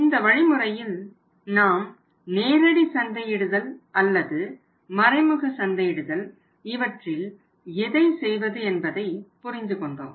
இந்த வழிமுறையில் நாம் நேரடி சந்தையிடுதல் அல்லது மறைமுக சந்தையிடுதல் இவற்றில் எதை செய்வது என்பதை புரிந்து கொண்டோம்